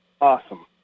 Awesome